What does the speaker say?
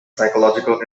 psychological